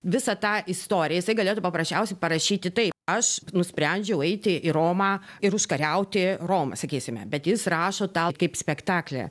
visą tą istoriją jisai galėtų paprasčiausiai parašyti taip aš nusprendžiau eiti į romą ir užkariauti romą sakysime bet jis rašo tą kaip spektaklį